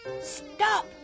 Stop